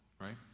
Right